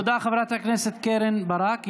תודה רבה, חברת הכנסת קרן ברק.